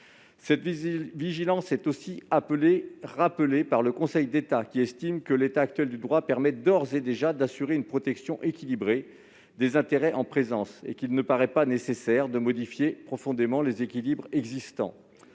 telle vigilance a également été rappelée par le Conseil d'État, qui estime que l'état actuel du droit permet d'ores et déjà d'assurer une protection équilibrée des intérêts en présence et qu'il ne paraît pas nécessaire de modifier profondément les équilibres existants.